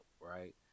right